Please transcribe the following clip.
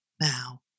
now